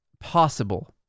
possible